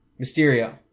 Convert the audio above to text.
Mysterio